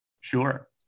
Sure